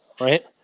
right